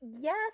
yes